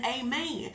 amen